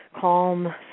calm